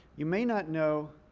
you may not know